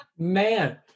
Man